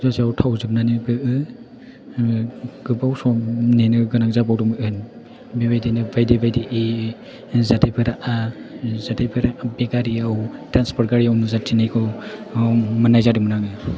ससेयाव थाव जोबनानैबो आङो गोबाव सम नेनो गोनां जाबावदोंमोन बेबायदिनो बायदि बायदि जाथायफोरा बे गारियाव ट्रेन्सप'र्ट गारियाव नुजाथिनायखौ मोननाय जादोंमोन आङो